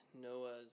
Noah's